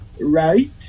right